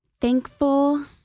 thankful